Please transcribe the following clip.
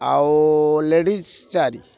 ଆଉ ଲେଡ଼ିଜ୍ ଚାରି